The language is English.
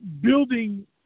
building